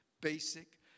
basic